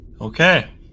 Okay